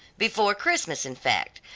before christmas, in fact,